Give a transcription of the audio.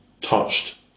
touched